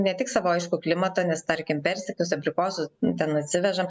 ne tik savo aišku klimato nes tarkim persikus abrikosus ten atsivežam